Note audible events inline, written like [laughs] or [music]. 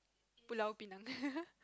Pulau Pinang [laughs]